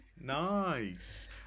Nice